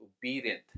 obedient